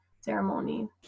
ceremony